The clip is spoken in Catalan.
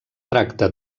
tracta